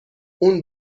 اون